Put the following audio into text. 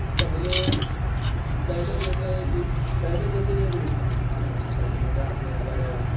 پہلے پہلے جیسے پہلے جیسے یہ رول تھا ہماری سوسائٹی میں کیا آپ نے اگر